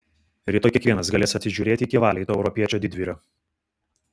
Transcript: rytoj kiekvienas galės atsižiūrėti iki valiai to europiečio didvyrio